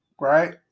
right